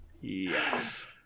Yes